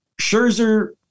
Scherzer